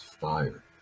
fire